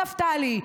נפתלי,